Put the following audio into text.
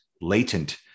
latent